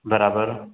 बराबरि